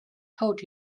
told